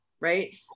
Right